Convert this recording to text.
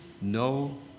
No